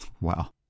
Wow